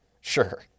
Sure